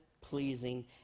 pleasing